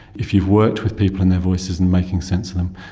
if you've worked with people and their voices and making sense of them,